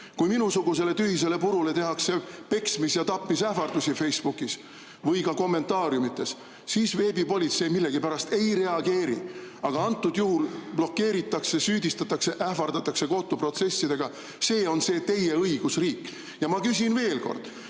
Kui minusugusele tühisele purule tehakse peksmis- ja tapmisähvardusi Facebookis või ka kommentaariumides, siis veebipolitsei millegipärast ei reageeri, aga antud juhul blokeeritakse, süüdistatakse, ähvardatakse kohtuprotsessidega. See on see teie õigusriik! Ma küsin veel kord: